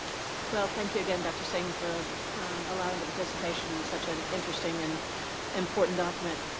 well, thank you again, dr. singh, for allowing the participation in such an interesting and important document.